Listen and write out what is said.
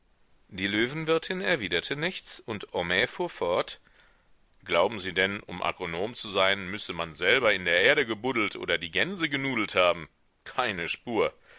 die löwenwirtin erwiderte nichts und homais fuhr fort glauben sie denn um agronom zu sein müsse man selber in der erde gebuddelt oder gänse genudelt haben keine spur